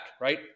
right